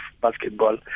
basketball